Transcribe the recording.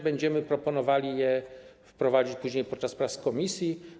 Będziemy proponowali je wprowadzić później, podczas prac w komisji.